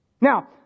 Now